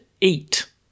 eat